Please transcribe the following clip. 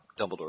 Dumbledore